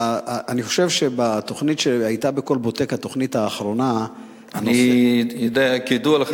אני חושב שבתוכנית האחרונה של "כלבוטק" כידוע לך,